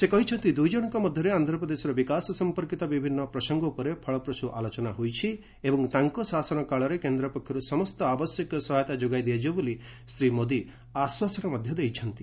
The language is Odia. ସେ କହିଛନ୍ତି ଦୁଇ ଜଣଙ୍କ ମଧ୍ୟରେ ଆନ୍ଧ୍ରପ୍ରଦେଶର ବିକାଶ ସମ୍ପର୍କିତ ବିଭିନ୍ନ ପ୍ରସଙ୍ଗ ଉପରେ ଫଳପ୍ରସୁ ଆଲୋଚନା ହୋଇଛି ଏବଂ ତାଙ୍କ ଶାସନ କାଳରେ କେନ୍ଦ୍ର ପକ୍ଷର୍ତ ସମସ୍ତ ଆବଶ୍ୟକୀୟ ସହାୟତା ଯୋଗାଇ ଦିଆଯିବ ବୋଲି ଶ୍ରୀ ମୋଦି ଆଶ୍ୱାସନା ଦେଇଛନ୍ତି